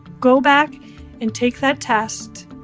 go back and take that test.